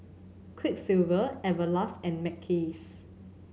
Quiksilver Everlast and Mackays